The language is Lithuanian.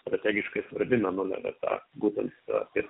strategiškai svarbi mėnulio vieta būtent ir